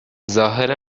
ظاهر